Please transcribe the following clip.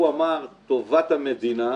הוא אמר: "טובת המדינה"